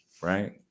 right